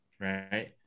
right